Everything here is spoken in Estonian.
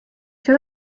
see